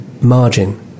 margin